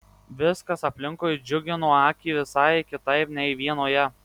viskas aplinkui džiugino akį visai kitaip nei vienoje